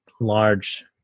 large